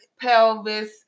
pelvis